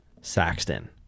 Saxton